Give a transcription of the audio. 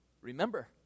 remember